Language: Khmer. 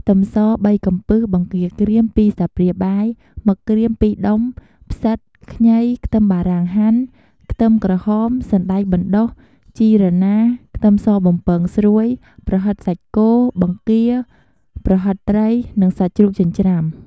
ខ្ទឹមស ៣ កំពឹស បង្គាក្រៀម ២ ស្លាបព្រាបាយ មឹកក្រៀម ២ ដុំ ផ្សិត ខ្ញី ខ្ទឹមបារាំងហាន់ ខ្ទឹមក្រហម សណ្ដែកបណ្ដុះ ជីរណារ ខ្ទឹមសបំពងស្រួយ ប្រហិតសាច់គោ បង្គា ប្រហិតត្រី និង សាច់ជ្រូកចិញ្ច្រាំ ។